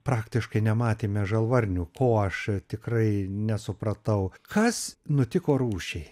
praktiškai nematėme žalvarnių ko aš tikrai nesupratau kas nutiko rūšiai